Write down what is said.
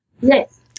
Yes